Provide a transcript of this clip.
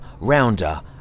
rounder